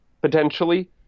potentially